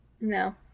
No